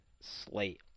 slate